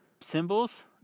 symbols